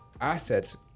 assets